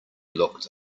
looked